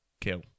kill